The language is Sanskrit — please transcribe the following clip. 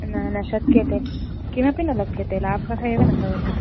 न न शक्यते किमपि न लभ्यते लाभः एव न भवति